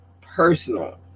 personal